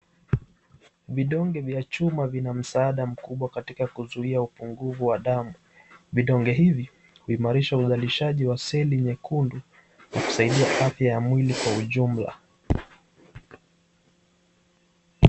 Vidonge vya chuma vina msaada mkubwa katika kuzuia upungufu wa damu, vidonge hivi huimarisha uzalishaji wa seli nyekundu na kusaidia afya ya mwili kwa ujumla.